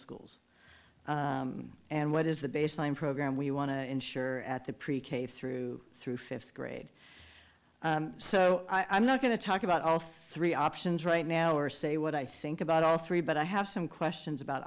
schools and what is the baseline program we want to ensure at the pre k through through fifth grade so i'm not going to talk about all three options right now or say what i think about all three but i have some questions about